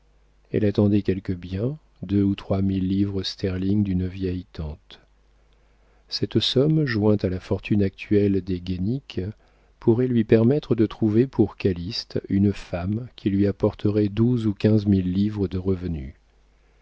elle attendait quelque bien deux ou trois mille livres sterling d'une vieille tante cette somme jointe à la fortune actuelle des guénic pourrait lui permettre de trouver pour calyste une femme qui lui apporterait douze ou quinze mille livres de revenu